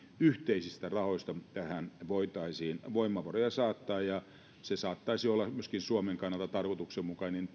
yhteisistä rahoista tähän voitaisiin voimavaroja saattaa ja se saattaisi olla myöskin suomen kannalta tarkoituksenmukainen